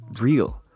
real